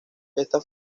esta